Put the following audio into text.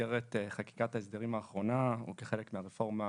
במסגרת חקיקת ההסדרים האחרונה, או כחלק מהרפורמה